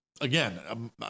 again